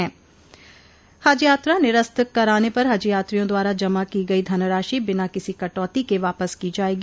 हज यात्रा निरस्त कराने पर हज यात्रियों द्वारा जमा की गयी धनराशि बिना किसी कटौती के वापस की जायेगी